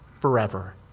forever